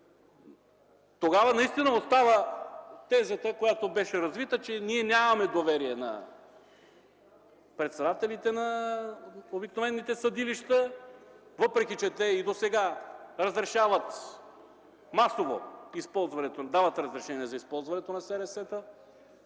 Тогава наистина остава тезата, която беше развита, че ние нямаме доверие на председателите на обикновените съдилища, въпреки че те и досега разрешават масово, дават разрешение за използване на